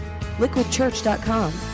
LiquidChurch.com